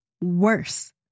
Worse